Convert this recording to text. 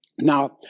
Now